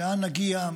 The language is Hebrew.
לאן נגיע,